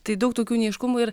tai daug tokių neaiškumų ir